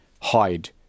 hide